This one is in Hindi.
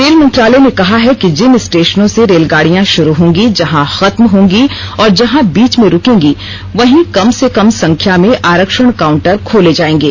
रेल मंत्रालय ने कहा है कि जिन स्टेशनों से रेलगाडियां शुरू होंगी जहां खत्म होंगी और जहां बीच में रूकेगी वहां कम से कम संख्या में आरक्षण काउंटर खोले जाएंगे